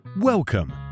Welcome